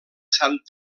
sant